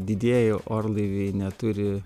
didieji orlaiviai neturi